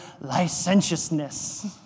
licentiousness